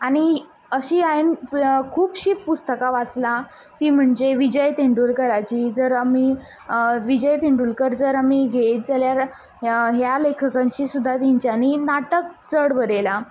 आनी अशी हांयेंन खुबशीं पुस्तकां वाचलां तीं म्हणजे विजय तेंडुलकराची जर आमी विजय तेंडुलकर जर आमी घेयत जाल्यार ह्या लेखकांची सुद्दां तेंच्यानी नाटक चड बरयलां